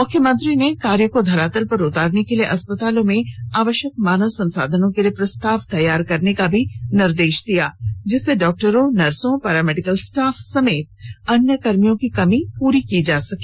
मुख्यमंत्री ने कार्य को धरातल पर उतारने के लिए अस्पतालों में आवश्यक मानव संसाधनों के लिए प्रस्ताव तैयार करने का भी निर्देश दिया जिससे डॉक्टरों नर्सों पारा मेडिकल स्टाफ समेत अन्य कर्मियों की कमी पूरी किया जा सके